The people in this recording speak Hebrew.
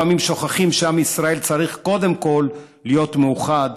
לפעמים שוכחים שעם ישראל צריך קודם כול להיות מאוחד,